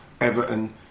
Everton